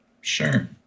Sure